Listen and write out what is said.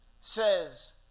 says